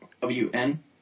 W-N